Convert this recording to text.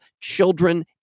children